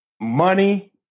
money